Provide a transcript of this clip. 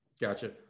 Gotcha